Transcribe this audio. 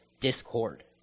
discord